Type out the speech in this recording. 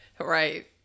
Right